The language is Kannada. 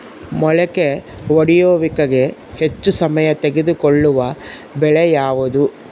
ಮೊಳಕೆ ಒಡೆಯುವಿಕೆಗೆ ಹೆಚ್ಚು ಸಮಯ ತೆಗೆದುಕೊಳ್ಳುವ ಬೆಳೆ ಯಾವುದು?